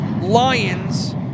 Lions